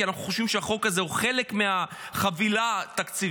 כי אנחנו חושבים שהחוק הזה הוא חלק מחבילה תקציבית,